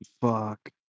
fuck